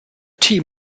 team